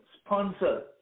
sponsor